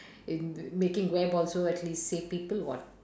in making web also at least safe people what